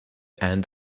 and